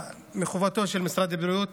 מחובתו של משרד הבריאות